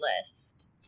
list